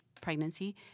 pregnancy